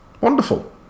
Wonderful